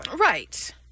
Right